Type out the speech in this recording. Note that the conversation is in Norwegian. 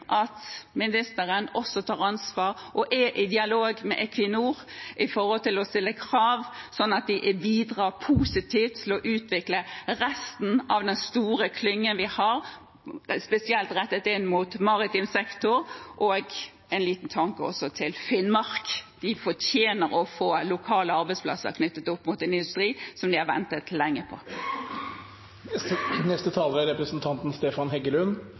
at ministeren tar ansvar og er i dialog med Equinor når det gjelder å stille krav, sånn at de bidrar positivt til å utvikle resten av den store klyngen vi har, spesielt rettet inn mot maritim sektor. Og så en liten tanke til Finnmark – de fortjener å få lokale arbeidsplasser i en industri som de har ventet lenge på.